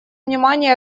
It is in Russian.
внимания